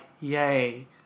yay